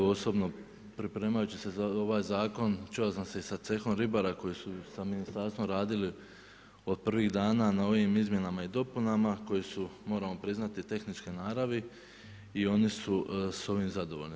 Osobno, pripremajući se za ovaj zakon, čuo sam se i sa cehom ribara, koji su sa ministarstvom radili od prvih dana, na ovim izmjenama i dopunama, koje su, moram priznati tehničke naravi i oni su s ovim zadovoljni.